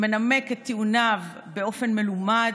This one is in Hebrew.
שמנמק את טיעוניו באופן מלומד,